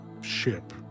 ship